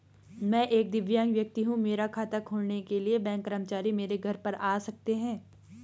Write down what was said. मैं एक दिव्यांग व्यक्ति हूँ मेरा खाता खोलने के लिए बैंक कर्मचारी मेरे घर पर आ सकते हैं?